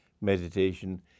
meditation